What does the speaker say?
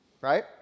Right